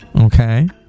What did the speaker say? Okay